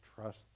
trust